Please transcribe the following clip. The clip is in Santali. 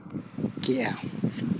ᱠᱮᱭᱟ